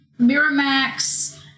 Miramax